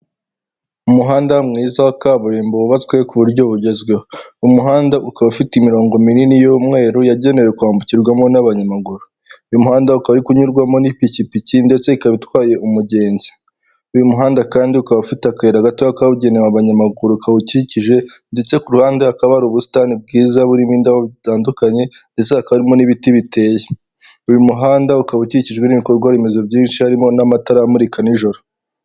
Umuhanda mwiza wa kaburimbo wubatswe ku buryo bugezweho, umuhanda ukaba ufite imirongo minini y'umweru yagenewe kwambukirwamo n'abanyamaguru, uyu muhanda ukaba uri kunyurwamo n'ipikipiki ndetse ikaba itwaye umugenzi, uyu muhanda kandi ukaba ufite akayira gatoya kagenewe abanyamaguru kawukikije ndetse ku ruhande hakaba hari ubusitani bwiza burimo indabo bitandukanye ndetse hakaba harimo n'ibiti biteye. Uyu muhanda ukaba ukikijwe n'ibikorwa remezo byinshi harimo n'amatara amurika nijoro.